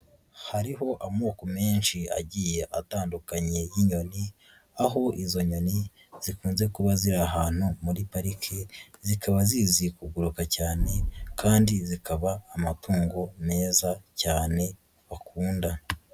Hariho amoko menshi agiye atandukanye y'inyoni, aho izo nyoni zikunze kuba ziri ahantu muri parike zikaba zizi kuguruka cyane kandi zikaba amatungo meza cyane bakunda.